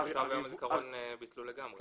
עכשיו את האגרה ליום הזיכרון ביטלו לגמרי.